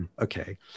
okay